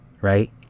right